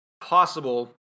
possible